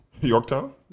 Yorktown